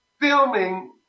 filming